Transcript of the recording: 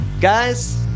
Guys